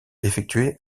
effectuer